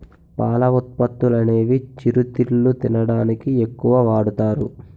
పాల ఉత్పత్తులనేవి చిరుతిళ్లు తినడానికి ఎక్కువ వాడుతారు